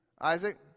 Isaac